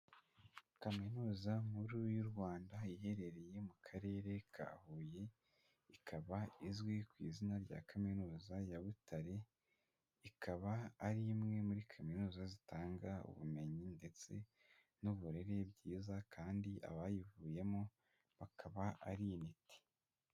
Kaminuza nkuru y'u Rwanda iherereye mu karere ka Huye, ikaba izwi ku izina rya Kaminuza ya Butare, ikaba ari imwe muri kaminuza zitanga ubumenyi ndetse n'uburere bwiza kandi abayivuyemo bakaba ari intiti.